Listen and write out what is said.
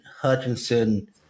Hutchinson